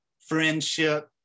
friendship